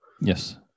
yes